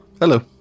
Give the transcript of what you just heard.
Hello